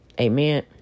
Amen